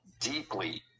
deeply